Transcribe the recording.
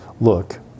look